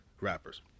rappers